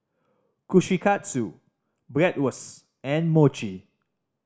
Kushikatsu Bratwurst and Mochi